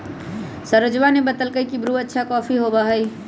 सरोजवा ने बतल कई की ब्रू अच्छा कॉफी होबा हई